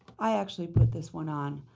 i actually put this one on.